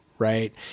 Right